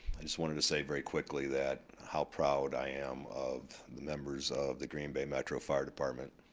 i just wanted to say very quickly that how proud i am of the members of the green bay metro fire department.